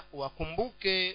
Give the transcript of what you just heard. wakumbuke